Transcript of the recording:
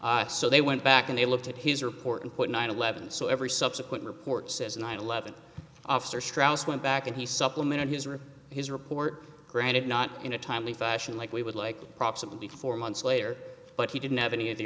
lives so they went back and they looked at his report and put nine eleven so every subsequent report says nine eleven after strauss went back and he supplemented his or his report granted not in a timely fashion like we would like props up before months later but he didn't have any of the